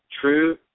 true